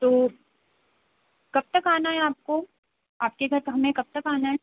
तो कब तक आना है आपको आपके घर हमें कब तक आना है